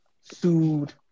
sued